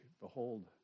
behold